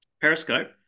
Periscope